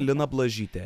lina blažytė